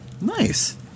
Nice